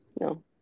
No